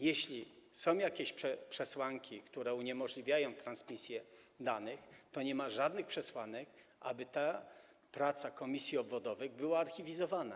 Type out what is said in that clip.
Jeśli są jakieś przesłanki, które uniemożliwiają transmisję danych, to nie ma żadnych przesłanek, aby ta praca komisji obwodowych była archiwizowana.